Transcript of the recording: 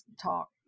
talk